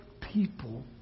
people